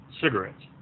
cigarettes